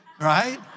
right